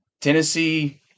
Tennessee